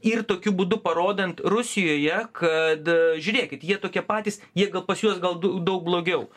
ir tokiu būdu parodant rusijoje kad žiūrėkit jie tokie patys jie gal pas juos gal du daug blogiau